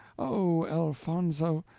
oh, elfonzo!